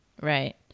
Right